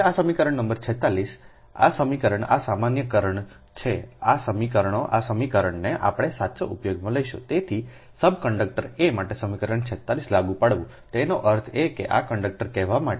હવે આ સમીકરણ નંબર 46 આ સમીકરણ આ સામાન્યકરણ છે આ સમીકરણો આ સમીકરણને આપણે સાચા ઉપયોગમાં લઈશું તેથી સબ કન્ડક્ટરaમાટે સમીકરણ 46 લાગુ પાડવુંતેનો અર્થ એ કે આ કંડક્ટર કહેવા માટે